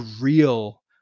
real